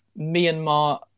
Myanmar